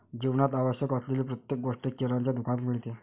जीवनात आवश्यक असलेली प्रत्येक गोष्ट किराण्याच्या दुकानात मिळते